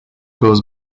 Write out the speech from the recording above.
goes